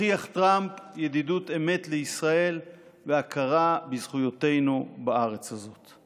הוכיח טראמפ ידידות אמת לישראל והכרה בזכויותינו בארץ הזאת.